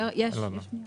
יש, יש.